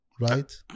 Right